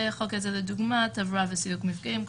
וחוק עזר לדוגמה, תברואה וסילוק מפגעים.